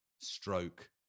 Stroke